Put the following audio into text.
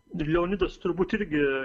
leonidas turbūt irgi